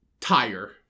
tire